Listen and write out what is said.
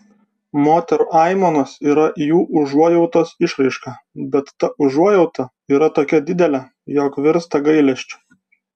moterų aimanos yra jų užuojautos išraiška bet ta užuojauta yra tokia didelė jog virsta gailesčiu